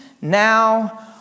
now